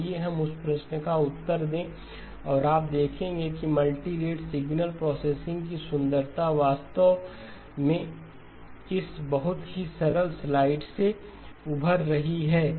आइए हम उस प्रश्न का उत्तर दें और आप देखेंगे कि मल्टी रेट सिगनल प्रोसेसिंग की सुंदरता वास्तव में इस बहुत ही सरल स्लाइड से उभर रही है